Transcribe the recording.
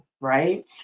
right